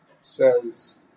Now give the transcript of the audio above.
says